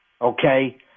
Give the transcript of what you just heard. okay